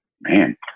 man